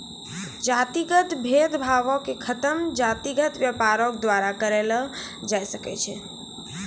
जातिगत भेद भावो के खतम जातिगत व्यापारे के द्वारा करलो जाय सकै छै